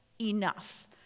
enough